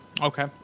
Okay